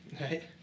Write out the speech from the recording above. right